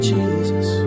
Jesus